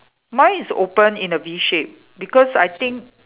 mine is open in a V shape because I think